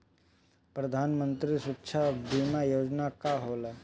प्रधानमंत्री सुरक्षा बीमा योजना का होला?